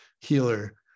healer